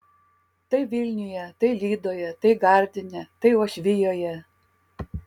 tai vilniuje tai lydoje tai gardine tai uošvijoje